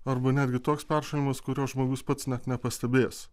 arba netgi toks peršalimas kuriuo žmogus pats net nepastebės